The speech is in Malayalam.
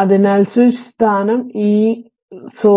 അതിനാൽ സ്വിച്ച് സ്ഥാനം ഈ സോ